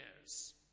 years